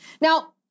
Now